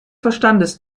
verstandes